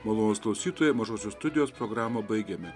malonūs klausytojai mažosios studijos programą baigiame